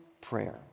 prayer